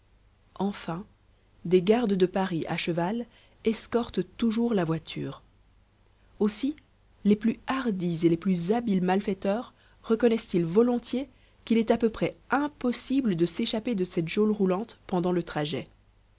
enfin des gardes de paris à cheval escortent toujours la voiture aussi les plus hardis et les plus habiles malfaiteurs reconnaissent ils volontiers qu'il est à peu près impossible de s'échapper de cette geôle roulante pendant le trajet